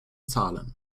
zahlen